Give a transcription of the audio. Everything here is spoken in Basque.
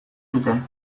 zuten